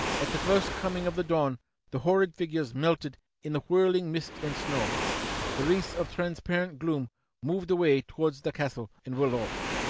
at the first coming of the dawn the horrid figures melted in the whirling mist and snow the wreaths of transparent gloom moved away towards the castle, and were lost.